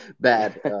Bad